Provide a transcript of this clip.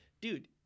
dude